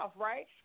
right